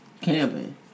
camping